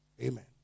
Amen